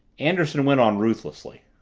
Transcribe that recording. anderson went on ruthlessly.